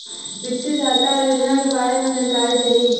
वित्तीय सहायता और योजना के बारे में जानकारी देही?